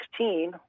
2016